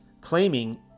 claiming